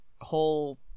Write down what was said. whole